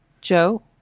Joe